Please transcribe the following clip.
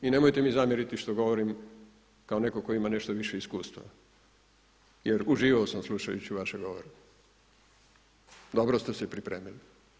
I nemojte mi zamjeriti što govorim kao neko tko ima nešto više iskustva jer uživao sam slušajući vaše govore, dobro ste se pripremili.